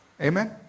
Amen